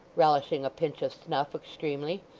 relishing a pinch of snuff extremely.